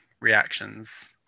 reactions